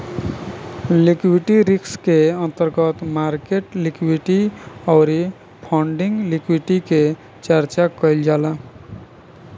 liquidity risk के अंतर्गत market liquidity अउरी फंडिंग लिक्विडिटी के चर्चा कईल जाला